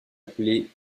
appelée